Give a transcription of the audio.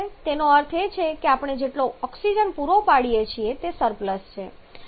તેનો અર્થ એ છે કે આપણે જેટલો ઓક્સિજન પુરો પાડીએ છીએ તે સરપ્લસ છે